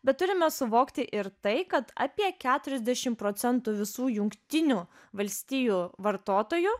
bet turime suvokti ir tai kad apie keturiasdešim procentų visų jungtinių valstijų vartotojų